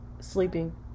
sleeping